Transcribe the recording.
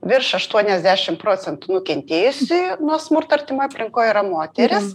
virš aštuoniasdešim procentų nukentėjusiųjų nuo smurto artimoj aplinkoj yra moterys